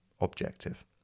objective